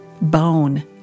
bone